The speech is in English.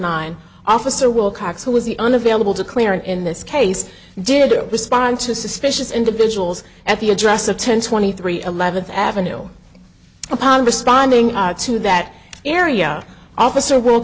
nine officer wilcox who was the unavailable to clear in this case do respond to suspicious individuals at the address of ten twenty three eleventh avenue responding to that area officer wo